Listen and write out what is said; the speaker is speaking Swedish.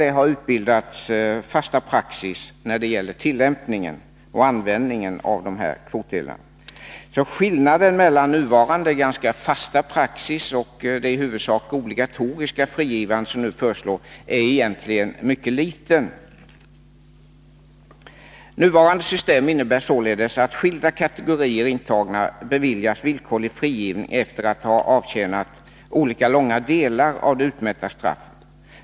Det har utbildats en fast praxis när det gäller tillämpningen och användningen av de här angivna kvotdelarna. Skillnaden mellan nuvarande ganska fasta praxis och det i huvudsak obligatoriska frigivande som föreslås är egentligen mycket liten. Nuvarande system innebär alltså att skilda kategorier intagna beviljas villkorlig frigivning efter att ha avtjänat olika långa delar av det utmätta straffet.